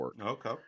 Okay